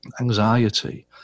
anxiety